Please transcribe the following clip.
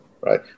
right